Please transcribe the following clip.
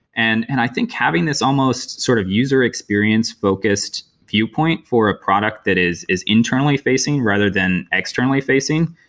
and and i think having this almost sort of user experience focused viewpoint for a product that is is internally facing rather than externally facing,